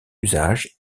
usage